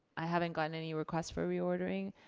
i haven't gotten any requests for reordering.